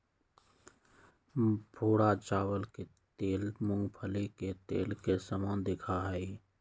भूरा चावल के तेल मूंगफली के तेल के समान दिखा हई